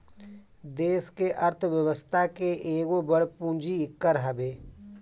देस के अर्थ व्यवस्था के एगो बड़ पूंजी कर हवे